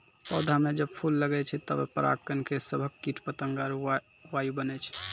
पौधा म जब फूल लगै छै तबे पराग कण के सभक कीट पतंग आरु वायु बनै छै